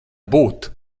būt